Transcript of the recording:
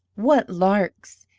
what larks!